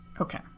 Okay